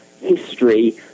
history